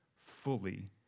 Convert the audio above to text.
fully